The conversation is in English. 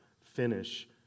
finish